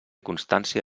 constància